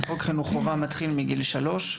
שחוק חינוך חובה מתחיל מגיל שלוש.